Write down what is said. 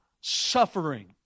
suffering